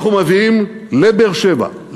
אנחנו מביאים לבאר-שבע,